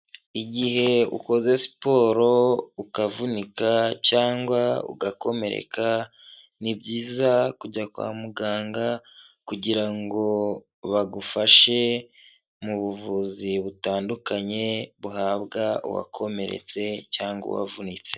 Igihe ukoze siporo ukavunika cyangwa ugakomereka, ni byiza kujya kwa muganga kugira ngo bagufashe mu buvuzi butandukanye buhabwa uwakomeretse cyangwa uwavunitse.